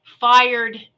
fired